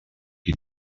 qui